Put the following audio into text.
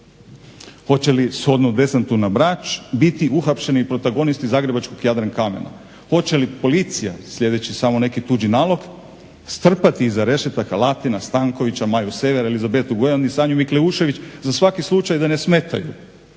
Hoće li shodno desantu na Brač biti uhapšeni i protagonisti zagrebačkog Jadrankamena? Hoće li policija slijedeći samo neki tuđi nalog strpati iza rešetaka Latina, Stankovića, Maju Sever, Elizabetu Gojan i Sanju Mikleušević za svaki slučaj da ne smetaju,